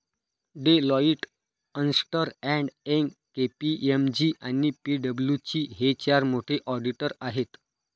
Deloitte, अस्न्टर and Young, KPMG आणि पी.डब्ल्यू.सी हे चार मोठे ऑडिटर आहेत